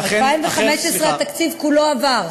לא, 2015 התקציב כולו עבר.